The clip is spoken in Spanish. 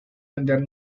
vender